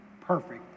perfect